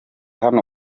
hano